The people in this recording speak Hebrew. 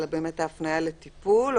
על הפניה לטיפול,